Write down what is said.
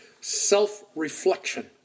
self-reflection